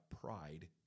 pride